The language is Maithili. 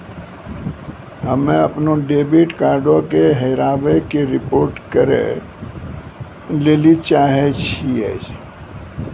हम्मे अपनो डेबिट कार्डो के हेराबै के रिपोर्ट करै लेली चाहै छियै